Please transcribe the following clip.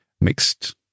mixed